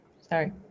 Sorry